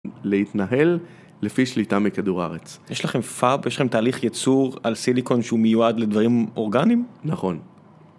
ל-להתנהל, לפי שליטה מכדור הארץ. יש לכם פאב-יש לכם תהליך ייצור, על סיליקון שהוא מיועד לדברים אורגניים? -נכון.